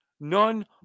None